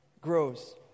grows